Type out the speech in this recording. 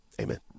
Amen